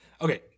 okay